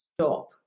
stop